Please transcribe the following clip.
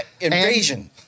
Invasion